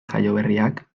jaioberriak